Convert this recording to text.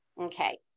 Okay